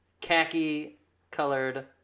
khaki-colored